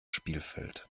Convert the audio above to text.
spielfeld